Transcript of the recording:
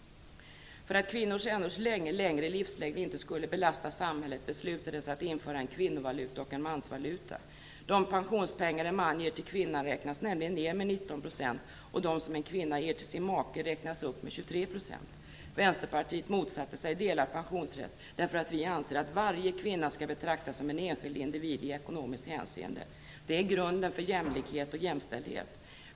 För att kvinnors än så länge längre livslängd inte skulle belasta samhället beslutades att man skulle införa en kvinnovaluta och en mansvaluta. De pensionspengar en man ger till kvinnan räknas nämligen ner med 19 %, och de som en kvinna ger till sin make räknas upp med 23 %. Vänsterpartiet motsatte sig delad pensionsrätt, eftersom vi anser att varje kvinna skall betraktas som en enskild individ i ekonomiskt hänseende. Det är grunden för jämlikhet och jämställdhet.